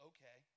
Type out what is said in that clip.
Okay